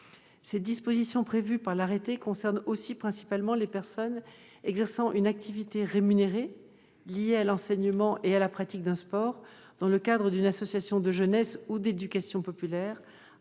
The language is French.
Ces dispositions prévues par l'arrêté concernent ainsi principalement les personnes exerçant une activité rémunérée, liée à l'enseignement et à la pratique d'un sport, dans le cadre d'une association de jeunesse ou d'éducation populaire